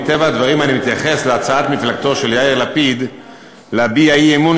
מטבע הדברים אני מתייחס להצעת מפלגתו של יאיר לפיד להביע אי-אמון